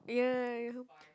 yeah yeah yeah